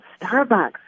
Starbucks